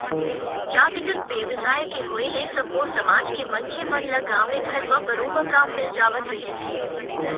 जातिगत बेवसाय के होय ले सब्बो समाज के मनखे मन ल गाँवे घर म बरोबर काम मिल जावत रिहिस हे